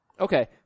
Okay